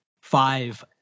five